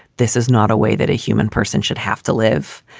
this is not a way that a human person should have to live.